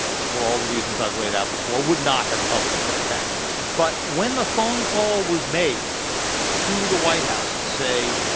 for all the reasons i've laid out before, would not have published that fact. but when the phone call was made to the white house to say,